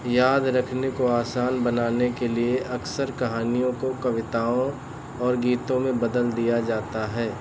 याद रखने को आसान बनाने के लिए अक्सर कहानियों को कविताओं और गीतों में बदल दिया जाता है